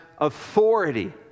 authority